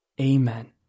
Amen